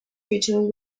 returns